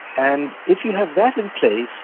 and if you have that in place,